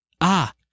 Ah